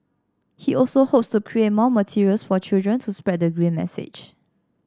he also hopes to create more materials for children to spread the green message